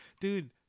dude